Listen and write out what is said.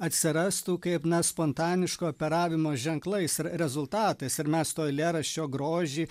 atsirastų kaip na spontaniško operavimo ženklais ir rezultatas ir mes to eilėraščio grožį